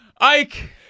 Ike